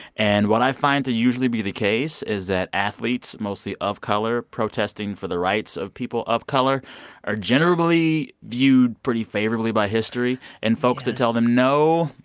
and what i find to usually be the case is that athletes mostly of color protesting for the rights of people of color are generally viewed pretty favorably by history. and folks. yes. that tell them no,